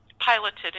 piloted